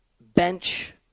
bench